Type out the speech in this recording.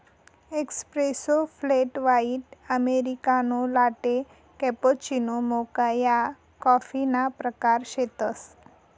espresso, flat white, americano, latte, cappuccino, mocha या कॉफीना प्रकार शेतसं